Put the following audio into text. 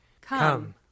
Come